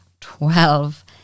twelve